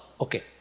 Okay